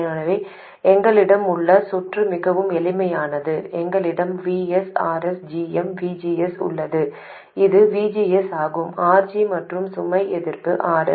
எனவே எங்களிடம் உள்ள சுற்று மிகவும் எளிமையானது எங்களிடம் Vs Rs gm VGS உள்ளது இது VGS ஆகும் RG மற்றும் சுமை எதிர்ப்பு RL